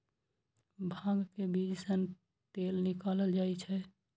भांग के बीज सं तेल निकालल जाइ छै